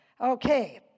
Okay